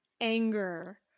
anger